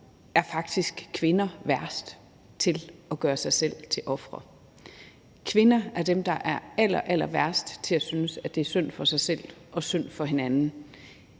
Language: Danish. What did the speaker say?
faktisk er kvinder værst i forhold til at gøre sig selv til ofre. Kvinder er dem, der er allerallerværst i forhold til at synes, at det er synd for dem selv og synd for hinanden,